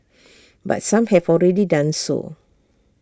but some have already done so